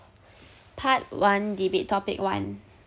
part one debate topic one